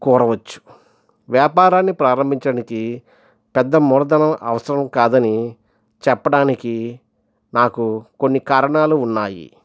కోరవచ్చు వ్యాపారాన్ని ప్రారంభించడానికి పెద్ద మూలధనం అవసరం కాదని చెప్పడానికి నాకు కొన్ని కారణాలు ఉన్నాయి